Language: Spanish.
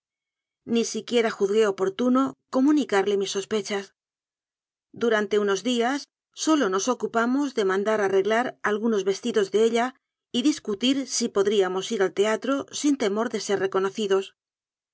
ni siquiera juzgué oportuno comunicarle mis sospechas durante unos días sólo nos ocupamos de mandar arreglar algu nos vestidos de ella y discutir si podríamos ir al teatro sin temor de ser reconocidos